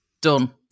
Done